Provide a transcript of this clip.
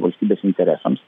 valstybės interesams